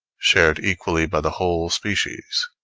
shared equally by the whole species,